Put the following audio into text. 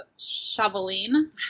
shoveling